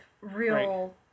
real